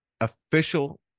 official